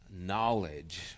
knowledge